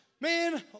Man